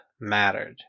mattered